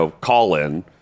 call-in